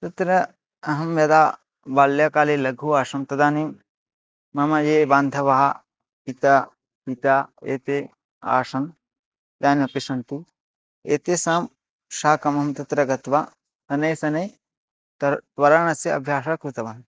तत्र अहं यदा बाल्यकाले लघु आसं तदानीं मम ये बान्धवाः पिता पिता एते आसन् इदानीमपि सन्ति एतेषाम् साकमहं तत्र गत्वा शनैः शःनै तरणं तरणस्य अभ्यासं कृतवान्